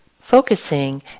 focusing